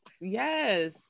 Yes